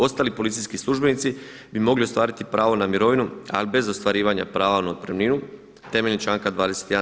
Ostali policijski službenici bi mogli ostvariti pravo na mirovinu ali bez ostvarivanja prava na otpremninu temeljem članka 21.